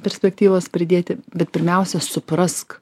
perspektyvos pridėti bet pirmiausia suprask